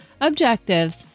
objectives